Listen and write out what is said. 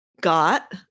got